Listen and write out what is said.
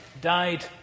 died